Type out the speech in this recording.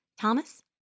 Thomas